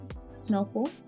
Snowfall